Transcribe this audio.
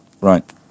Right